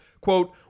quote